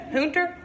Hunter